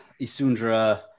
Isundra